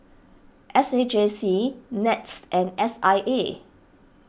S A J C NETS and S I A